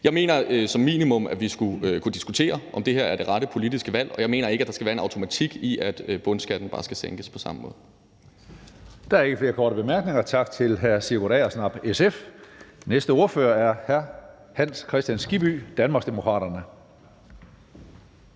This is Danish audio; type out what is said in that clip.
Jeg mener, at vi som minimum skal kunne diskutere, om det her er det rette politiske valg, og jeg mener ikke, at der skal være en automatik i, at bundskatten bare skal sænkes på samme måde.